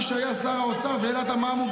מי שהיה שר האוצר והעלה את המע"מ,